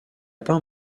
peint